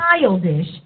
childish